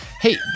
Hey